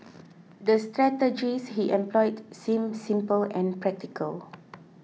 the strategies he employed seemed simple and practical